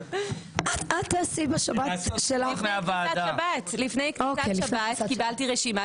את תעשי בשבת שלך --- לפני כניסת שבת קיבלתי רשימה.